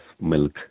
milk